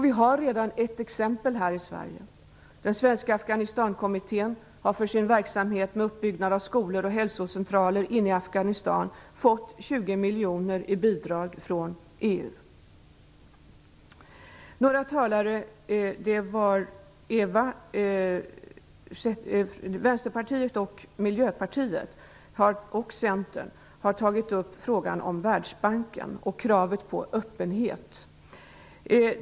Vi har redan ett exempel här i Sverige. Den svenska Afghanistankommittén har för sin verksamhet, med uppbyggnad av skolor och hälsocentraler inne i Afghanistan, fått 20 miljoner i bidrag från EU. Vänsterpartiet, Miljöpartiet och Centern har tagit upp frågan om Världsbanken och kravet på öppenhet.